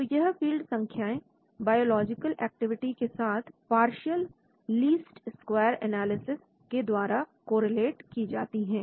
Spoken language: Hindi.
तो यह फील्ड संख्याएं बायोलॉजिकल एक्टिविटी के साथ पार्शियल लीस्ट स्क्वायर एनालिसिस के द्वारा कोरिलेट की जाती है